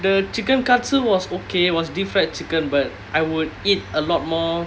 the chicken katsu was okay was deep fried chicken but I would eat a lot more